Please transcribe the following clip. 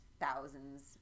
thousands